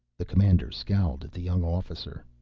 the commander scowled at the young officer.